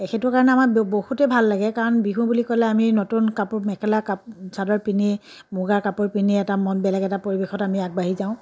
সেইটো কাৰণে আমাৰ বহুতেই ভাল লাগে কাৰণ বিহু বুলি ক'লে আমি নতুন কাপোৰ মেখেলা কাপো চাদৰ পিন্ধি মুগাৰ কাপোৰ পিন্ধি এটা মন বেলেগ এটা পৰিৱেশত আমি আগবাঢ়ি যাওঁ